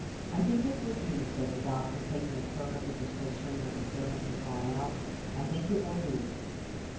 i think it will do, said the doctor, taking a turn in the dispensary when the servant had gone out i think it will do.